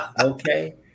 okay